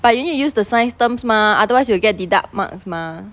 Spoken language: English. but you need to use the science terms mah otherwise you'll get deduct marks mah